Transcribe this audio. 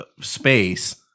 space